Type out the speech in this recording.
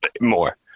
more